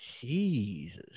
Jesus